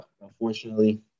unfortunately